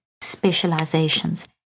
specializations